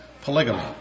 Polygamy